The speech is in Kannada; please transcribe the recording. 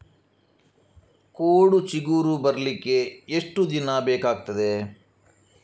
ಕೋಡು ಚಿಗುರು ಬರ್ಲಿಕ್ಕೆ ಎಷ್ಟು ದಿನ ಬೇಕಗ್ತಾದೆ?